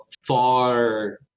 far